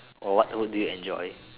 or what what do you enjoy